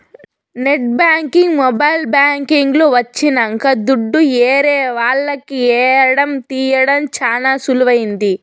net banking mobile banking లు వచ్చినంక దుడ్డు ఏరే వాళ్లకి ఏయడం తీయడం చానా సులువైంది